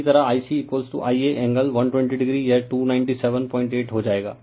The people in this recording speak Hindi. रिफर स्लाइड टाइम 2715 इसी तरह IcIa एंगल 120 o यह 2978 हो जाएगा